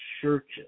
churches